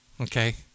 Okay